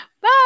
Bye